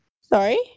Sorry